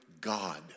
God